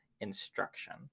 instruction